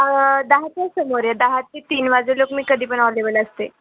दहा ते समोर ये दहा ते तीन वाजे लोक मी कधी पण अवेलेबल असते